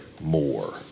more